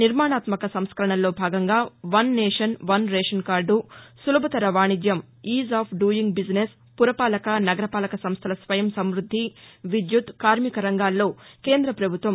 నిర్మాణాత్మక సంస్కరణల్లో భాగంగా one nation one ration card సులభతర వాణిజ్యం ఈజ్ ఆఫ్ డూయింగ్ బీజినెస్ ఫురపాలక నగరపాలక సంస్థల స్వయం సమృద్ది విద్యుత్ కార్మిక రంగాల్లో కేంద్ర ప్రభుత్వం